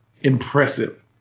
impressive